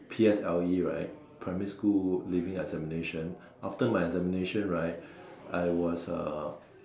P_S_L_E right primary school leaving examination after my examination right I was a